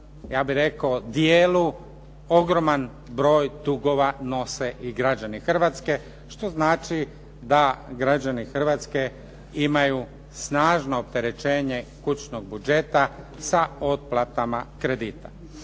ja bih rekao dijelu ogroman broj dugova nose i građani Hrvatske što znači da građani Hrvatske imaju snažno opterećenje kućnog budžeta sa otplatama kredita.